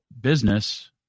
business